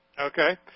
Okay